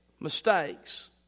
mistakes